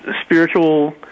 spiritual